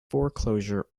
foreclosure